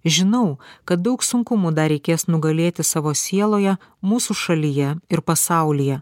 žinau kad daug sunkumų dar reikės nugalėti savo sieloje mūsų šalyje ir pasaulyje